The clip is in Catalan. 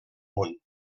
món